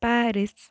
Paris